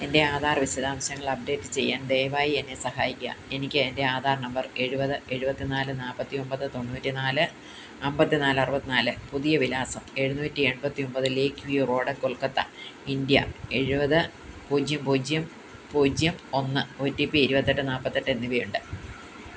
എൻ്റെ ആധാർ വിശദാംശങ്ങൾ അപ്ഡേറ്റ് ചെയ്യാൻ ദയവായി എന്നെ സഹായിക്കുക എനിക്ക് എൻ്റെ ആധാർ നമ്പർ എഴുപത് എഴുപത്തിനാല് നാൽപ്പത്തിയൊമ്പത് തൊണ്ണൂറ്റിനാല് അമ്പത്തിനാല് അറുപത്തിനാല് പുതിയ വിലാസം എഴുന്നൂറ്റി എൺപത്തൊമ്പത് lake view road Kolkata India എഴുപത് പൂജ്യം പൂജ്യം പൂജ്യം ഒന്ന് ഒ റ്റി പി ഇരുപത്തെട്ട് നാൽപ്പത്തെട്ട് എന്നിവയുണ്ട്